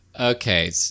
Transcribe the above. Okay